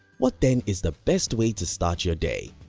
what then is the best way to start your day?